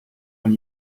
when